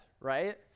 right